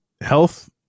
health